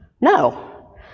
No